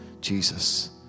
Jesus